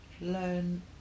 learn